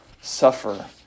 suffer